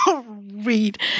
read